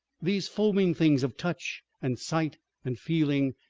these foaming things of touch and sight and feeling,